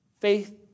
faith